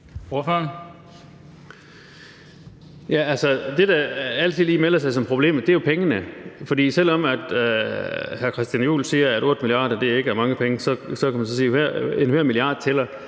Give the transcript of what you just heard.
Det, der altid lige melder sig som problemet, er jo pengene, for uanset at hr. Christian Juhl siger, at 8 mia. kr. ikke er mange penge, kan man sige, at enhver milliard kroner